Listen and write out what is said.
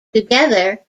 together